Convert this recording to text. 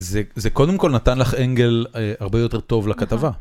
זה קודם כל נתן לך אנגל הרבה יותר טוב לכתבה.